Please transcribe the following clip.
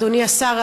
אדוני השר,